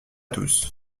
tous